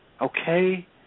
Okay